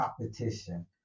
competition